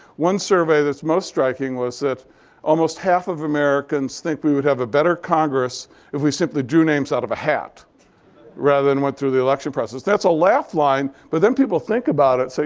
one survey that's most striking was that almost half of americans think we would have a better congress if we simply drew names out of a hat rather than went through the election process. that's a laugh line. but then people think about it so